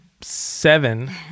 seven